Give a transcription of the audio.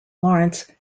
lawrence